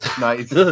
Nice